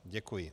Děkuji.